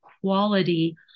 quality